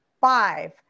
five